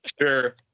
Sure